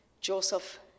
Joseph